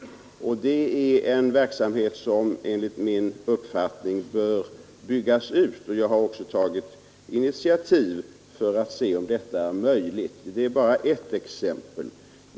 Det är en verksamhet som enligt min uppfattning bör byggas ut, och jag har också tagit initiativ för att se om detta är möjligt. Det är bara ett exempel.